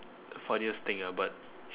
funniest thing ah but